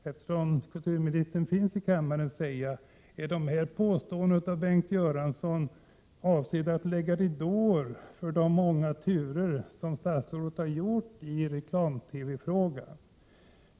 Eftersom kulturministern finns i kammaren skulle jag kanske fråga honom: Är Bengt Göranssons påståenden avsedda att lägga ut dimridåer för de många turer som statsrådet har gjort i reklam-TV-frågan?